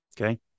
Okay